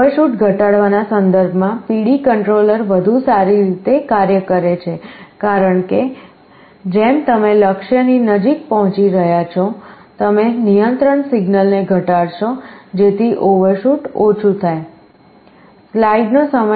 overshoot ઘટાડવાના સંદર્ભમાં PD controller વધુ સારી રીતે કાર્ય કરે છે કારણ કે જેમ તમે લક્ષ્યની નજીક પહોંચી રહ્યા છો તમે નિયંત્રણ સિગ્નલને ઘટાડશો જેથી ઓવરશૂટ ઓછું થાય